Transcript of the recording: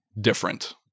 different